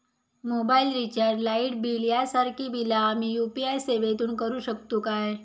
Mobile recharge, light bill यांसारखी बिला आम्ही यू.पी.आय सेवेतून करू शकतू काय?